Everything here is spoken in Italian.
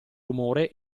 rumore